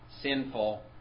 sinful